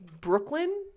brooklyn